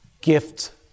gift